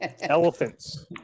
Elephants